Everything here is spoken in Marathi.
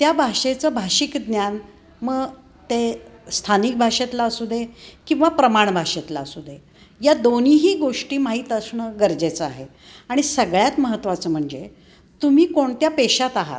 त्या भाषेचं भाषिक ज्ञान मग ते स्थानिक भाषेतलं असू दे किंवा प्रमाणभाषेतलं असू दे या दोन्हीही गोष्टी माहीत असणं गरजेचं आहे आणि सगळ्यात महत्वाचं म्हणजे तुम्ही कोणत्या पेशात आहात